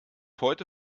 heute